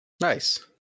Nice